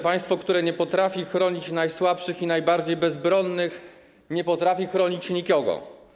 Państwo, które nie potrafi chronić najsłabszych i najbardziej bezbronnych, nie potrafi chronić nikogo.